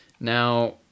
now